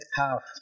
half